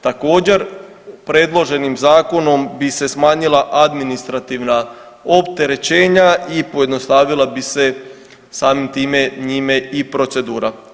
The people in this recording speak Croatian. Također predloženim zakonom bi se smanjila administrativna opterećenja i pojednostavila bi se samim time njime i procedura.